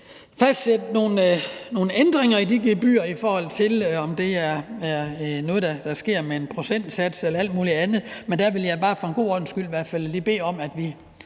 fastsætte nogle ændringer i de gebyrer, i forhold til om det er noget, der reguleres med en procentsats eller noget andet. Men der vil jeg bare for en god ordens skyld i hvert fald lige sige, at vi